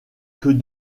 que